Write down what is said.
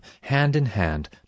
hand-in-hand